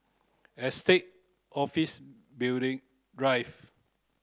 Estate Office Building Drive